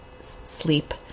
sleep